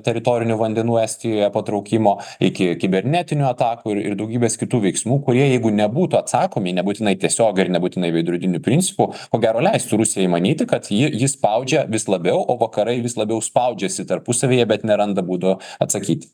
teritorinių vandenų estijoje patraukimo iki kibernetinių atakų ir daugybės kitų veiksmų kurie jeigu nebūtų atsakomi nebūtinai tiesiogiai ir nebūtinai veidrodiniu principu o gero leis rusijai manyti kad ji spaudžia vis labiau o vakarai vis labiau spaudžiasi tarpusavyje bet neranda būdų atsakyti